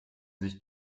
sich